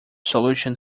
solution